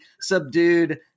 subdued